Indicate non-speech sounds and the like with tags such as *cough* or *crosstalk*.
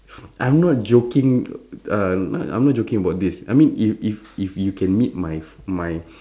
*breath* I'm not joking um I'm not joking about this I mean if if if you can meet my f~ my